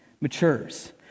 matures